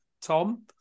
Tom